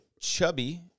Chubby